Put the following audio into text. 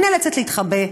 היא נאלצת להתחבא,